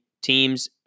teams